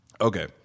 Okay